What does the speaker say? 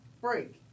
Break